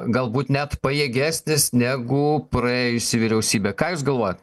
galbūt net pajėgesnis negu praėjusi vyriausybė ką jūs galvoja